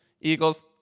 Eagles